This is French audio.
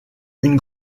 une